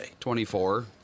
24